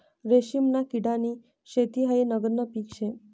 रेशीमना किडानी शेती हायी नगदनं पीक शे